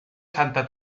santa